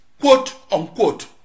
quote-unquote